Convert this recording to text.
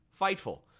Fightful